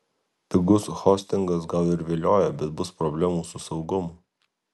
pigus hostingas gal ir vilioja bet bus problemų su saugumu